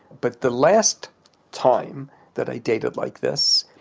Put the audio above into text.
but the last time that i dated like this.